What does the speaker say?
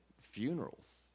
funerals